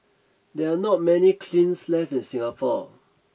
there are not many left in Singapore